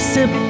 Sip